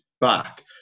back